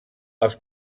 els